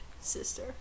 sister